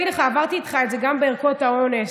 עברתי איתך את זה גם בערכות האונס,